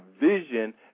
vision